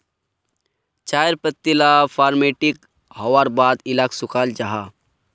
चायर पत्ती ला फोर्मटिंग होवार बाद इलाक सुखाल जाहा